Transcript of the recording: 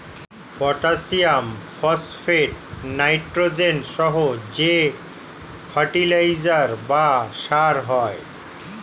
potassium, phosphate, nitrogen সহ যে fertiliser বা সার হয়